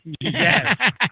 Yes